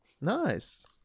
Nice